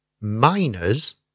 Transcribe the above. Miners